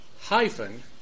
hyphen